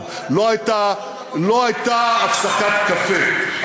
לא הייתה הפסקת קפה,